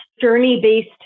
journey-based